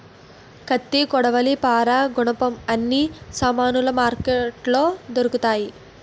కత్తి కొడవలి పారా గునపం అన్ని సామానులు మార్కెట్లో దొరుకుతాయి